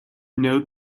know